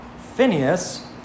Phineas